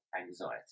anxiety